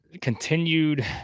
continued